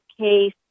case